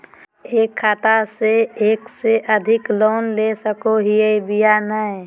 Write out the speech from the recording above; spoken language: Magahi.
एक खाता से एक से अधिक लोन ले सको हियय बोया नय?